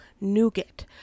nougat